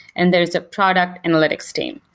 and there's a product analytics team.